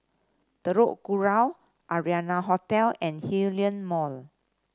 Telok Kurau Arianna Hotel and Hillion Mall